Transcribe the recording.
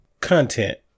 content